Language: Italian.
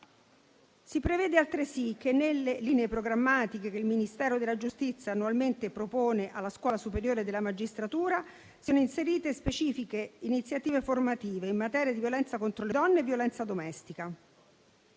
Si prevede altresì che nelle linee programmatiche che il Ministero della giustizia annualmente propone alla Scuola superiore della magistratura siano inserite specifiche iniziative formative in materia di violenza contro le donne e violenza domestica.